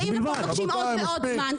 והם באים ומבקשים עוד ועוד זמן.